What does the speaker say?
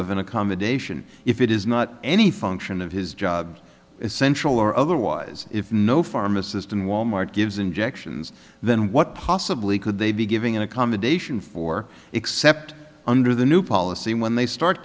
of an accommodation if it is not any function of his job essential or otherwise if no pharmacist in wal mart gives injections then what possibly could they be giving an accommodation for except under the new policy when they start